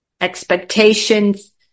expectations